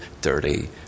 dirty